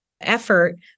effort